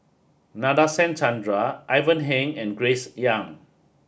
Nadasen Chandra Ivan Heng and Grace Young